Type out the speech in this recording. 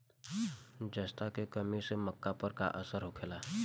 जस्ता के कमी से मक्का पर का असर होखेला?